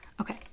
Okay